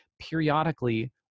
periodically